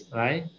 right